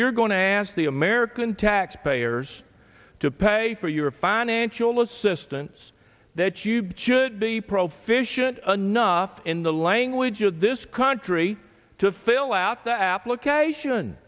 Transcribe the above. you're going to ask the american taxpayers to pay for your financial assistance that you'd just be proficient anough in the language of this country to fill out the application